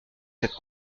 cette